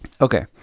Okay